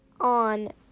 on